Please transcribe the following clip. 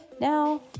Now